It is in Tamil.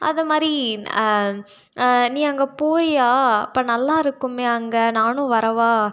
அதை மாதிரி நீ அங்கே போறியா அப்போ நல்லாயிருக்கும் அங்கே நானும் வரவா